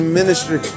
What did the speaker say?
ministry